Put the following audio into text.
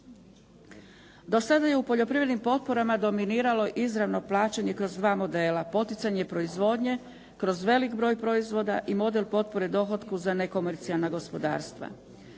Do sada je u poljoprivrednim potporama dominiralo izravno plaćanje kroz dva modela, poticanje proizvodnje kroz veliki broj proizvoda i model potpore dohotku za nekomercijalna gospodarstva.